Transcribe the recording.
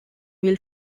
will